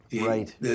Right